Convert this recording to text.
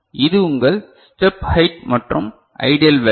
இது உங்கள் step height மற்றும் ஐடியல் வேல்யூ